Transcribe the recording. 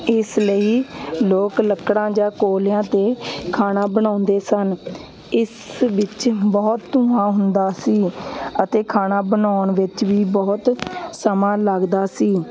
ਇਸ ਲਈ ਲੋਕ ਲੱਕੜਾਂ ਜਾਂ ਕੋਲਿਆਂ 'ਤੇ ਖਾਣਾ ਬਣਾਉਂਦੇ ਸਨ ਇਸ ਵਿੱਚ ਬਹੁਤ ਧੂੰਆ ਹੁੰਦਾ ਸੀ ਅਤੇ ਖਾਣਾ ਬਣਾਉਣ ਵਿੱਚ ਵੀ ਬਹੁਤ ਸਮਾਂ ਲੱਗਦਾ ਸੀ